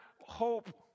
hope